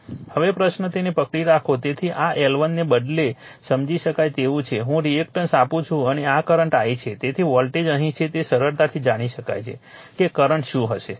હવે પ્રશ્ન તેને પકડી રાખો તેથી આ L1 ને બદલે સમજી શકાય તેવું છે હું રિએક્ટન્સ આપું છું અને આ કરંટ i છે તેથી વોલ્ટેજ અહીં છે તે સરળતાથી જાણી શકાય છે કે કરંટ શું હશે